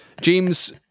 James